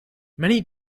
many